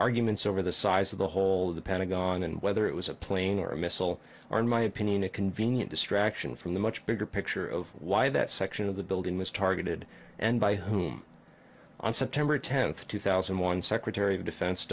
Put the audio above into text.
arguments over the size of the whole of the pentagon and whether it was a plane or a missile or in my opinion a convenient distraction from the much bigger picture of why that section of the building was targeted and by whom on september tenth two thousand and one secretary of defense